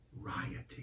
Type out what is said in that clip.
rioting